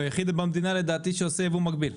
לדעתי הוא היחיד במדינה שעושה יבוא מקביל.